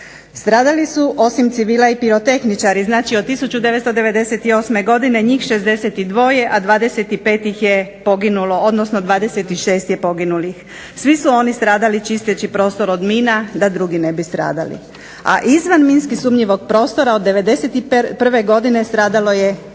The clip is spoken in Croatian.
Stradali su, osim civila i pirotehničari, znači od 1998. godine njih 62, a 25 ih je poginulo, odnosno 26 je poginulih. Svi su oni stradali čisteći prostor od mina, da drugi ne bi stradali. A izvan minski sumnjivog prostora od '91. godine stradalo je 65 djece,